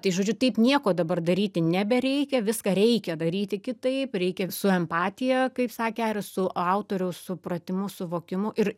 tai žodžiu taip nieko dabar daryti nebereikia viską reikia daryti kitaip reikia su empatija kaip sakė aris su autoriaus supratimu suvokimu ir